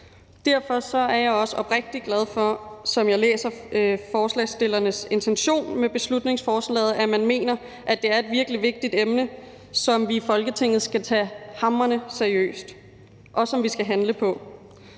Derfor er jeg også oprigtigt glad for, at man mener – sådan som jeg læser forslagsstillernes intention med beslutningsforslaget – at det er et virkelig vigtigt emne, som vi i Folketinget skal tage hamrende seriøst, og som vi skal handle på.